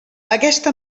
aquesta